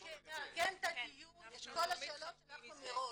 כמארגנת הדיון, את כל השאלות שלחנו מראש.